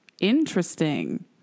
interesting